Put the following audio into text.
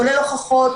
כולל הוכחות,